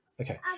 okay